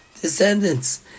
descendants